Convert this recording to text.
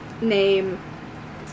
name